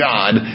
God